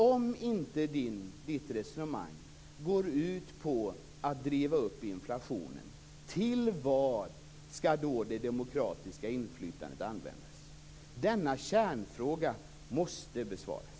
Om inte Kenneth Kvists resonemang går ut på att driva upp inflationen, till vad skall då det demokratiska inflytandet användas? Denna kärnfråga måste besvaras.